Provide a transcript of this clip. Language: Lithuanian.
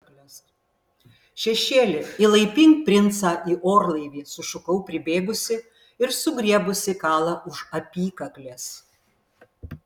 šešėli įlaipink princą į orlaivį sušukau pribėgusi ir sugriebusi kalą už apykaklės